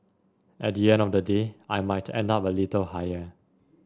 at the end of the day I might end up a little higher